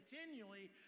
continually